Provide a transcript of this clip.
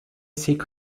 seek